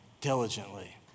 diligently